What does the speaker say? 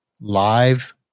live